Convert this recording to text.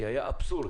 כי היה אבסורד